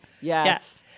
yes